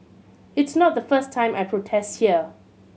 it's not the first time I protest here